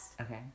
Okay